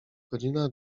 godzina